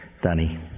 Danny